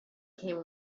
came